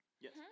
Yes